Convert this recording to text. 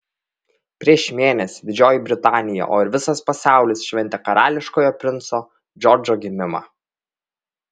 prieš mėnesį didžioji britanija o ir visas pasaulis šventė karališkojo princo džordžo gimimą